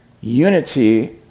Unity